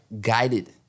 guided